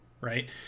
right